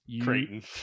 Creighton